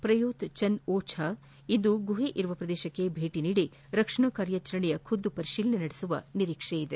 ಪ್ರಯುತ್ಚನ್ ಓವ್ರಾ ಇಂದು ಗುಹೆಯಿರುವ ಪ್ರದೇಶಕ್ಕೆ ಭೇಟಿ ನೀಡಿ ರಕ್ಷಣಾ ಕಾರ್ಯಾಚರಣೆಯ ಖುದ್ದು ಪರಿಶೀಲನೆ ನಡೆಸಲಿದ್ದಾರೆ